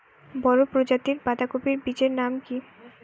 বড় প্রজাতীর বাঁধাকপির বীজের নাম কি?